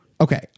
Okay